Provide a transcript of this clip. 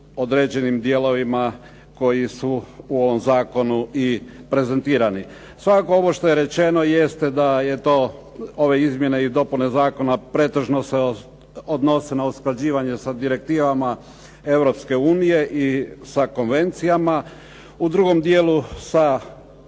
određenim dijelovima koji su u ovom zakonu i prezentirani. Svakako, ovo što je rečeno jeste da je to, ove izmjene i dopune zakona, pretežno se odnose na usklađivanje sa direktivama Europske unije i sa konvencijama. U drugom dijelu